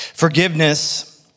Forgiveness